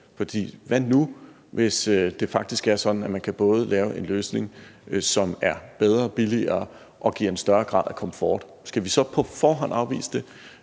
sådan, at man kan lave en løsning, som både er bedre, billigere og giver en større grad af komfort? Skal vi så på forhånd afvise det?